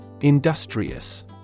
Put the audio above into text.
Industrious